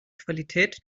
qualität